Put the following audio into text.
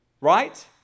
right